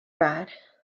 bad